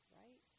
right